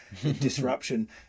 disruption